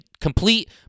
complete